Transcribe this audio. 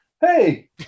Hey